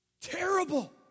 terrible